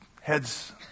heads